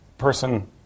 person